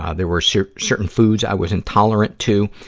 ah there were so certain foods i was intolerant to.